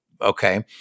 okay